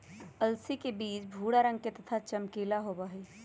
अलसी के बीज भूरा रंग के तथा चमकीला होबा हई